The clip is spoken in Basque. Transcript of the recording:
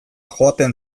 joaten